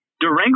Durango